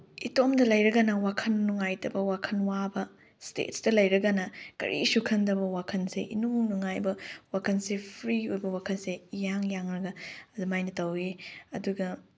ꯏꯇꯣꯝꯗ ꯂꯩꯔꯒꯅ ꯋꯈꯜ ꯅꯨꯡꯉꯥꯏꯇꯕ ꯋꯥꯈꯜ ꯋꯥꯕ ꯏꯁꯇꯦꯖꯇ ꯂꯩꯔꯒꯅ ꯀꯔꯤꯁꯨ ꯈꯟꯗꯕ ꯋꯥꯈꯜꯁꯦ ꯏꯅꯨꯡ ꯅꯨꯡꯉꯥꯏꯕ ꯋꯥꯈꯜꯁꯦ ꯐ꯭ꯔꯤ ꯑꯣꯏꯕ ꯋꯥꯈꯜꯁꯦ ꯏꯌꯥꯡ ꯌꯥꯡꯂꯒ ꯑꯗꯨꯃꯥꯏꯅ ꯇꯧꯏ ꯑꯗꯨꯒ